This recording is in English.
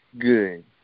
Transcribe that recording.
good